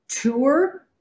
tour